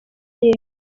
y’epfo